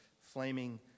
flaming